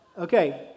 Okay